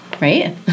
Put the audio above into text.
right